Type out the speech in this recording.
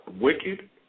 wicked